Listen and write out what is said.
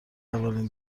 اولین